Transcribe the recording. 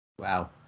Wow